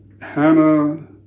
Hannah